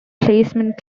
placement